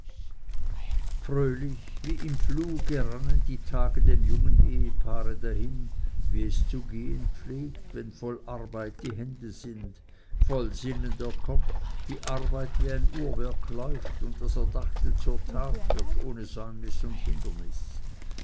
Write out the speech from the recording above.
fröhlich wie im fluge rannen die tage dem jungen ehepaare dahin wie es zu gehen pflegt wenn voll arbeit die hände sind voll sinnen der kopf die arbeit wie ein uhrwerk läuft und das erdachte zur tat wird ohne säumnis und hindernis